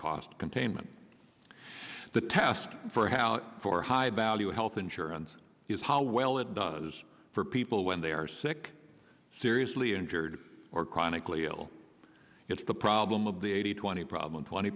cost containment the test for how for high value health insurance is how well it does for people when they are sick seriously injured or chronically ill it's the problem of the eighty twenty problem twenty